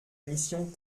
mission